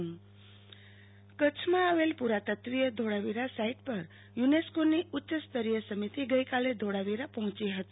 આરતી Bhatt Dholavira site કચ્છમાં આવેલ પુરાતત્વીય ધોળાવીરા સાઈટ પર યુ નેસ્કોની ઉચ્યસ્તરીય સમિતિ ગઈકાલે ધોળાવીરા પહોંચી હતી